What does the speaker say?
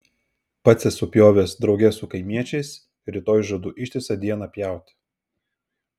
pats esu pjovęs drauge su kaimiečiais rytoj žadu ištisą dieną pjauti